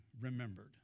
remembered